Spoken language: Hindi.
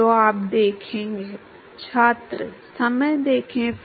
तो यह 0664 रेनॉल्ड्स संख्या में माइनस हाफ की शक्ति तक होगा